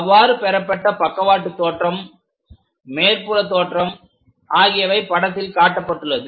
அவ்வாறு பெறப்பட்ட பக்கவாட்டு தோற்றம் மேற்புற தோற்றம் ஆகியவை படத்தில் காட்டப்பட்டுள்ளது